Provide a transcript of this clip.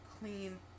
clean